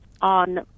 on